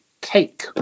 cake